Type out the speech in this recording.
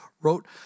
wrote